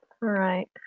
right